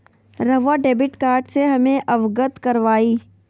रहुआ debit card से हमें अवगत करवाआई?